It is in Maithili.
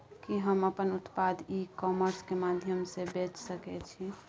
कि हम अपन उत्पाद ई कॉमर्स के माध्यम से बेच सकै छी?